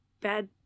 bad